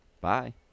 Bye